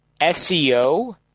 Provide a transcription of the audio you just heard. SEO